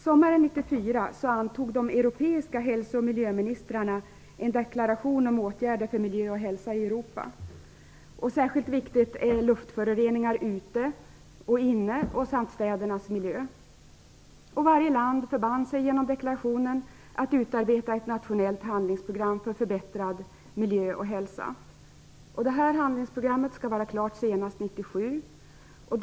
Sommaren 1994 antog de europeiska hälso och miljöministrarna en deklaration om åtgärder för miljö och hälsa i Europa. Särskilt viktiga är luftföroreningar ute och inne samt städernas miljö. Varje land förband sig genom deklarationen att utarbeta ett nationellt handlingsprogram för förbättrad miljö och hälsa. Detta handlingsprogram skall vara klart senast 1997.